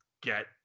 get